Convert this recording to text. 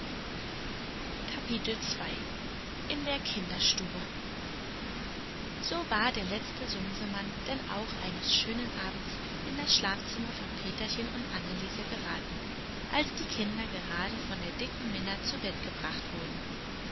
in der kinderstube so war der letzte sumsemann denn auch eines schönen abends in das schlafzimmer von peterchen und anneliese geraten als die kinder gerade von der dicken minna zu bett gebracht wurden